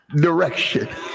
direction